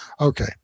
okay